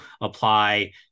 apply